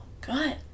good